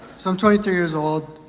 so i'm twenty three years old,